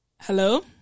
Hello